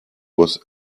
was